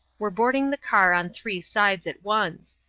were boarding the car on three sides at once.